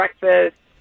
breakfast